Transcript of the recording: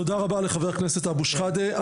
תודה רבה לחבר הכנסת אבו שחאדה.